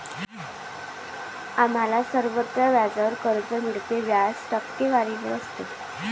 आम्हाला सर्वत्र व्याजावर कर्ज मिळते, व्याज टक्केवारीवर असते